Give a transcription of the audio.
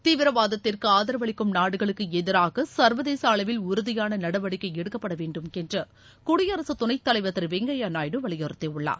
தீவிரவாதத்திற்கு ஆதரவளிக்கும் நாடுகளுக்கு எதிராக சர்வதேச அளவில் உறுதியான நடவடிக்கை எடுக்கப்பட வேண்டும் என்று குடியரசு துணைத் தலைவர் திரு வெங்கைய நாயுடு வலியுறுத்தியுள்ளார்